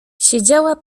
siedziała